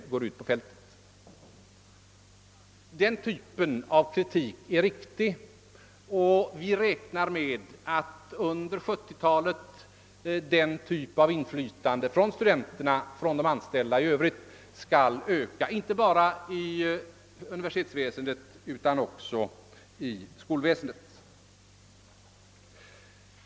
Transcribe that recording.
Den typ av kritik det här gäller är riktig, och vi räknar med att denna form av inflytande från studenter och anställda skall öka under 1970-talet inte bara i universitetsväsendet utan också i skolväsendet.